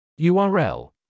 URL